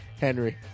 Henry